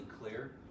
clear